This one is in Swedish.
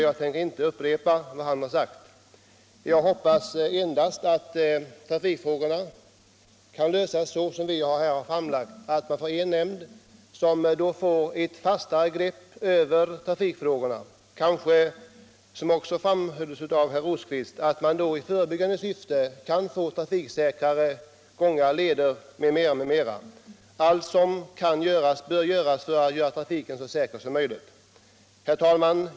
Jag tänker inte upprepa vad han sagt utan hoppas endast att trafikfrågorna kan lösas så som vi här har föreslagit — att man får en nämnd med ett fastare grepp över trafikfrågorna. Kanske kan man då, som också framhölls av herr Rosqvist, i förebyggande syfte åstadkomma trafiksäkrare gator och leder m.m. Allt som kan göras bör göras för att få trafiken så säker som möjligt. Herr talman!